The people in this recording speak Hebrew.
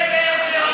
מי הוא זה ואי זה הוא?